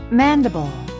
mandible